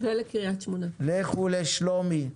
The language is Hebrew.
לכו לשלומי,